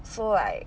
so like